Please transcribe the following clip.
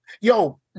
yo